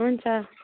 हुन्छ